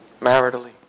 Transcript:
Maritally